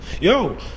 Yo